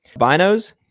Binos